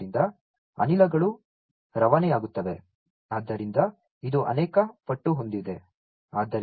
ಆದ್ದರಿಂದ ಅನಿಲಗಳು ರವಾನೆಯಾಗುತ್ತವೆ ಆದ್ದರಿಂದ ಇದು ಅನೇಕ ಪಟ್ಟು ಹೊಂದಿದೆ